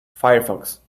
firefox